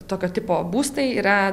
tokio tipo būstai yra